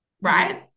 right